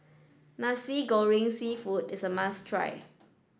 Nasi Goreng Seafood is a must try